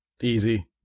Easy